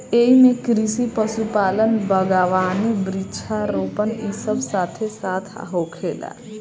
एइमे कृषि, पशुपालन, बगावानी, वृक्षा रोपण इ सब साथे साथ होखेला